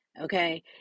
okay